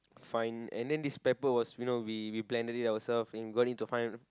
fine and then this pepper was you know we we blended it ourselves and we got it to fine